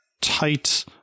tight